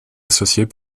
associées